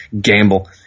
gamble